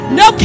no